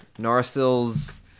Narsil's